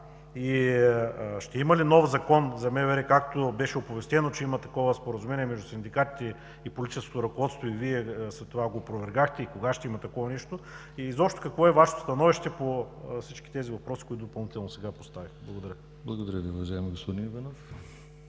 Ще има ли нов Закон за МВР, както беше оповестено, че имало такова споразумение между синдикатите и политическото ръководство? Вие след това го опровергахте. Кога ще има такова нещо? Изобщо какво е Вашето становище по всички въпроси, които допълнително сега Ви поставих? Благодаря. ПРЕДСЕДАТЕЛ ДИМИТЪР